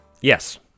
Yes